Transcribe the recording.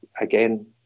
again